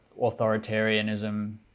authoritarianism